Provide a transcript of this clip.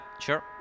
sure